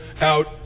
out